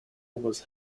was